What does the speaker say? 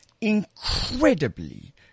incredibly